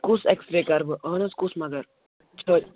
کُس ایٚکسرے کَرٕ بہٕ اَہَن حظ کُس مگر